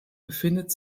befindet